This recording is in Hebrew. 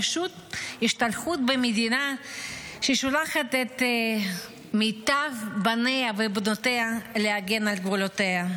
פשוט השתלחות במדינה ששולחת את מיטב בניה ובנותיה להגן על גבולותיה.